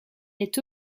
est